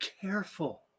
careful